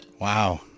wow